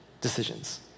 decisions